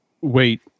Wait